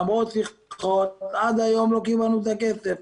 למרות שיחות, עד היום לא קיבלנו את הכסף.